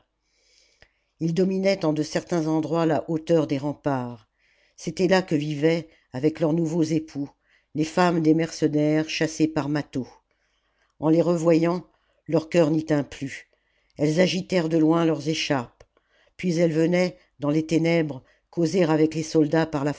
ils dominaient en de certains endroits la hauteur des remparts c'était là que vivaient avec leurs nouveaux époux les femmes des mercenaires chassées par mâtho en les revoyant leur cœur n'y tint plus elles agitèrent de loin leurs écharpes puis elles venaient dans les ténèbres causer avec les soldats par